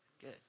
Good